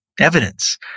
evidence